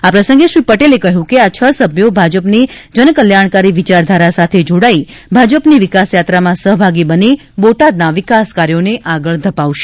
આ પ્રસંગે શ્રી પટેલે કહ્યું કે આ હ સભ્યો ભાજપની જનકલ્યાણકારી વિચારધારા સાથે જોડાઇ ભાજપની વિકાસયાત્રામાં સહભાગી બની બોટાદના વિકાસ કાર્યોને આગળ ધપાવશે